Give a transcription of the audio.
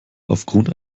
aufgrund